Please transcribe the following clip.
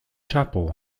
chapel